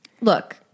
Look